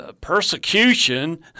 persecution